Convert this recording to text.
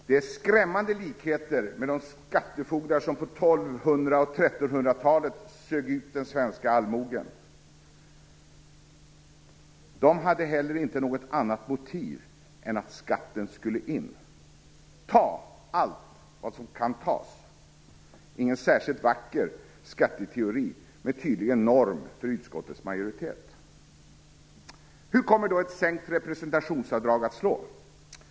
Det är skrämmande likheter med de skattefogdar som på 1200 och 1300 talet sög ut den svenska allmogen. De hade heller inte något annat motiv än att skatten skulle in. Ta allt vad som kan tas! Det är ingen särskilt vacker skatteteori, men det är tydligen norm för utskottets majoritet. Hur kommer då ett sänkt representationsavdrag att slå?